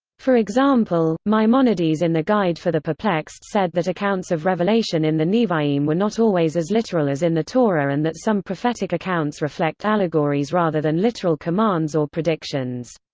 for example, maimonides in the guide for the perplexed said that accounts of revelation in the nevi'im were not always as literal as in the torah and that some prophetic accounts reflect allegories rather than literal commands or predictions.